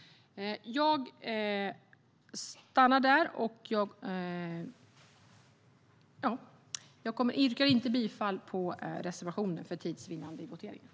För tids vinnande i voteringen kommer jag inte att yrka bifall till reservationen.